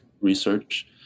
research